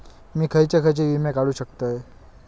मी खयचे खयचे विमे काढू शकतय?